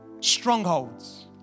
Strongholds